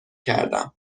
کردم